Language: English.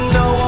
no